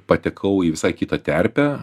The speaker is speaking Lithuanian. patekau į visai kitą terpę